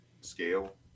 scale